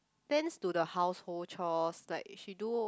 tends to the household chores like she do